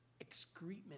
excrement